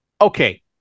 Okay